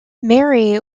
mary